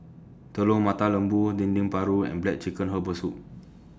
Telur Mata Lembu Dendeng Paru and Black Chicken Herbal Soup